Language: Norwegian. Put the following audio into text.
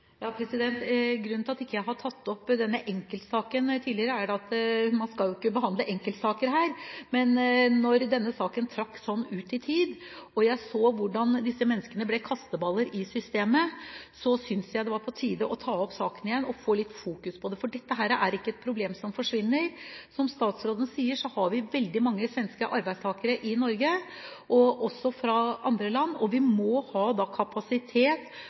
Grunnen til at jeg ikke har tatt opp denne enkeltsaken tidligere, er at man ikke skal behandle enkeltsaker her. Men da denne saken trakk sånn ut i tid, og jeg så hvordan disse menneskene ble kasteballer i systemet, syntes jeg det var på tide å ta opp saken igjen og få litt fokus på den. For dette er ikke er problem som forsvinner. Som statsråden sier, har vi i Norge veldig mange arbeidstakere fra Sverige – og også fra andre land – og vi må da ha kapasitet